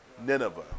Nineveh